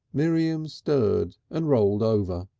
miriam stirred and rolled over,